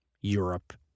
Europe